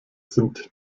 sind